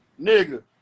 Nigga